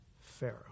Pharaoh